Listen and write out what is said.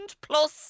Plus